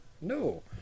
No